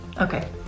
Okay